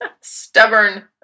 stubborn